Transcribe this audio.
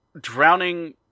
drowning